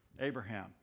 Abraham